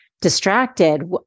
distracted